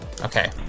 Okay